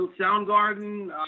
Soundgarden